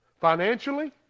financially